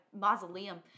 mausoleum